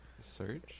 Search